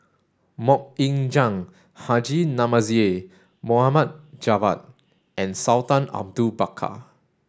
Mok Ying Jang Haji Namazie Mohd Javad and Sultan Abu Bakar